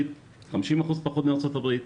50% פחות מארצות הברית,